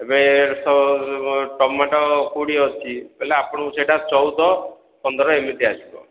ଏବେ ତ ଟମାଟୋ କୋଡ଼ିଏ ଅଛି ବୋଲେ ଆପଣଙ୍କୁ ସେଇଟା ଚଉଦ ପନ୍ଦର ଏମିତି ଆସିବ